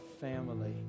family